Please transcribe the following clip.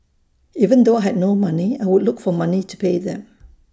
even though had no money I would look for money to pay them